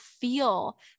feel